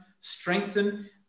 strengthen